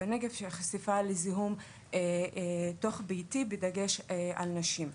בנגב והחשיפה לזיהום תוך ביתי בדגש על נשים.